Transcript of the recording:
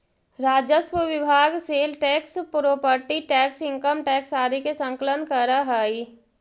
राजस्व विभाग sale tax property tax income tax आदि के संकलन करऽ हई